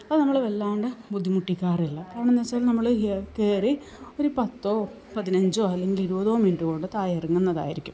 അത് നമ്മളെ വല്ലാതെ ബുദ്ധിമുട്ടിക്കാറില്ല കാരണമെന്തെന്നു വെച്ചാല് നമ്മള് കയറി ഒരു പത്തോ പതിനഞ്ചോ അല്ലെങ്കില് ഇരുപതോ മിനിറ്റ് കൊണ്ട് താഴെ ഇറങ്ങുന്നതായിരിക്കും